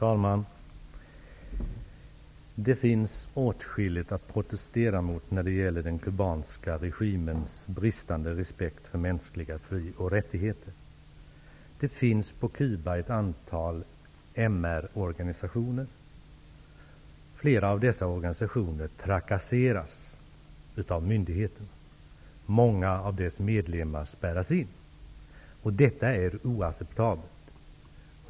Fru talman! Det finns åtskilligt att protestera mot när det gäller den kubanska regimens bristande respekt för mänskliga fri och rättigheter. På Cuba finns det ett antal MR-organisationer. Flera av dessa organisationer trakasseras av myndigheterna. Många organisationsmedlemmar spärras in. Detta är oacceptabelt.